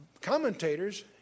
commentators